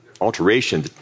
alteration